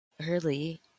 early